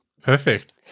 Perfect